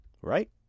right